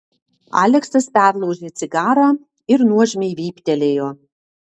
aleksas perlaužė cigarą ir nuožmiai vyptelėjo